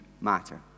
matter